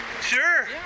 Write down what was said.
Sure